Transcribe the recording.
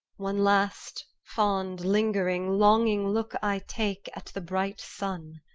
one last fond, lingering, longing look i take at the bright sun.